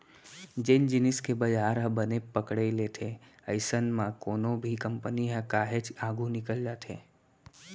जेन जिनिस के बजार ह बने पकड़े लेथे अइसन म कोनो भी कंपनी ह काहेच आघू निकल जाथे